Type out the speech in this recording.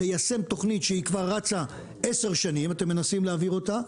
ליישם תוכנית שהיא כבר רצה עשר שנים אתם מנסים להוביל אותה,